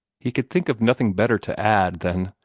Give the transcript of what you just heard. he could think of nothing better to add than,